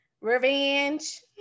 revenge